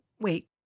wait